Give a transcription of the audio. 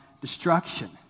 destruction